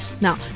now